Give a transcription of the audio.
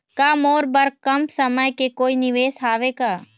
का मोर बर कम समय के कोई निवेश हावे का?